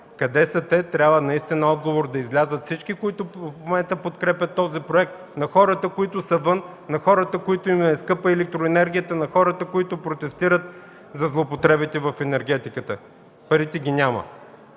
Къде са те? Трябва отговор – да излязат всички, които в момента подкрепят този проект – на хората, които са вън, на хората, които им е скъпа електроенергията, на хората, които протестират за злоупотребите в енергетиката. Парите ги няма.